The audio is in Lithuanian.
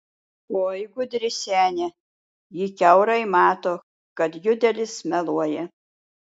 oi gudri senė ji kiaurai mato kad judelis meluoja